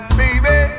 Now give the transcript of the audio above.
baby